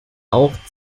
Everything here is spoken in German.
auch